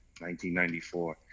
1994